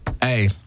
Hey